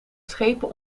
schepen